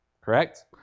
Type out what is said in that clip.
Correct